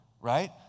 right